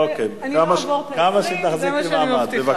אני לא אעבור את ה-20, זה מה שאני מבטיחה.